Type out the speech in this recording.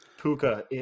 Puka